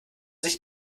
sich